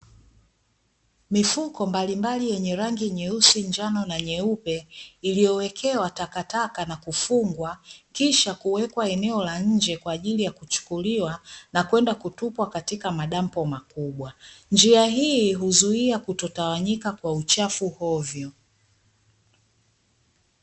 Mifuko mbalimbali yenye rangi nyeusi, njano na nyeupe iliyowekewa takataka na kufungwa kisha kuwekwa eneo la nje kwa ajili ya kuchukuliwa na kwenda kutupwa katika madampo makubwa. Njia hii huzuia kutotawanyika kwa uchafu hovyo.